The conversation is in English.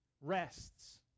Rests